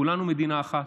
כולנו מדינה אחת,